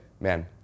man